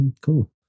Cool